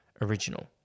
original